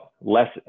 less